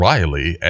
Riley